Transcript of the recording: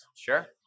Sure